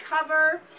cover